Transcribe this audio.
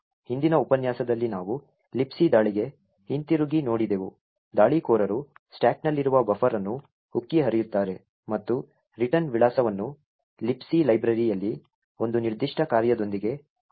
ಹಿಂದಿನ ಉಪನ್ಯಾಸದಲ್ಲಿ ನಾವು Libc ದಾಳಿಗೆ ಹಿಂತಿರುಗಿ ನೋಡಿದೆವು ದಾಳಿಕೋರರು ಸ್ಟಾಕ್ನಲ್ಲಿರುವ ಬಫರ್ ಅನ್ನು ಉಕ್ಕಿ ಹರಿಯುತ್ತಾರೆ ಮತ್ತು ರಿಟರ್ನ್ ವಿಳಾಸವನ್ನು Libc ಲೈಬ್ರರಿಯಲ್ಲಿ ಒಂದು ನಿರ್ದಿಷ್ಟ ಕಾರ್ಯದೊಂದಿಗೆ ಬದಲಾಯಿಸುತ್ತಾರೆ